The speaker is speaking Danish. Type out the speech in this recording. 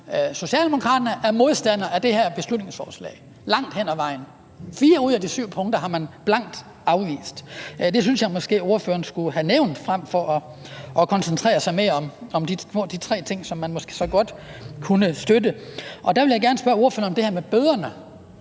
Socialdemokraterne er modstandere af det her beslutningsforslag langt hen ad vejen. Fire ud af de syv punkter har man blankt afvist. Det synes jeg måske at ordføreren skulle have nævnt frem for at koncentrere sig mere om de tre ting, som man måske godt kunne støtte. Jeg vil bare gerne spørge ordføreren om det her med bøderne.